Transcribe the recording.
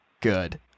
good